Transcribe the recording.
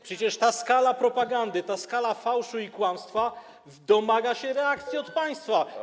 Przecież ta skala propagandy, ta skala fałszu i kłamstwa domaga się reakcji z państwa strony.